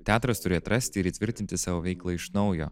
teatras turi atrasti ir įtvirtinti savo veiklą iš naujo